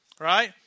Right